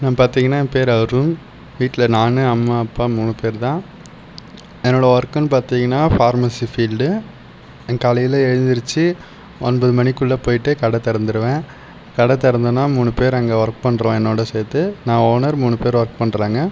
என்ன பார்த்தீங்கனா என் பெயர் அருண் வீட்டில் நான் அம்மா அப்பா மூணு பேர்தான் என்னோடய ஒர்க்குனு பார்த்தீங்கனா பார்மஸி ஃபீல்டு நான் காலையில் எழுந்திருச்சு ஒன்பது மணிக்குள்ளே போய்விட்டு கடைத் திறந்துடுவேன் கடைத் திறந்தேனால் மூணு பேர் அங்கே ஒர்க் பண்ணுறான் என்னோடு சேர்த்து நான் ஓனர் மூணு பேர் ஒர்க் பண்ணுறாங்க